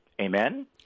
Amen